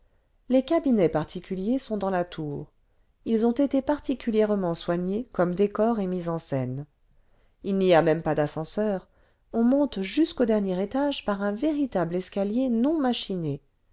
les cabinets particuliers sont dans la tour ils ont été'particulièrement soignés comme décor et mise en scène il n'y a même pas d'ascenseur on monte jusqu'au dernier étage par un véritable escalier non machiné